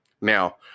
Now